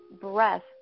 breath